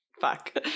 fuck